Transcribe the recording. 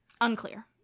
Unclear